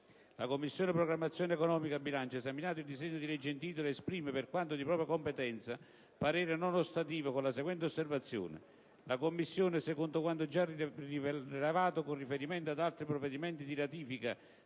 «La Commissione programmazione economica, bilancio, esaminato il disegno di legge in titolo, esprime, per quanto di propria competenza, parere non ostativo, con la seguente osservazione: la Commissione, secondo quanto già rilevato con riferimento ad altri provvedimenti di ratifica